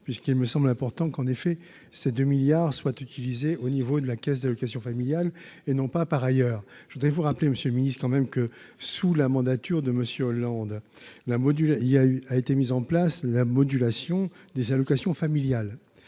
puisqu'il me semble important qu'en effet, ces 2 milliards soit utilisé au niveau de la Caisse d'allocations familiales et non pas par ailleurs, je voudrais vous rappeler, Monsieur le Ministre quand même que sous la mandature de Monsieur Hollande la Modus il y a eu, a été mis en place la modulation des allocations familiales